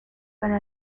para